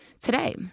today